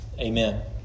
Amen